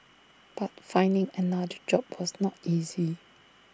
but finding another job was not easy